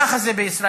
ככה זה בישראל,